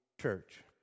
church